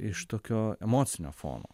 iš tokio emocinio fono